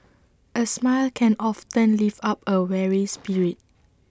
A smile can often lift up A weary spirit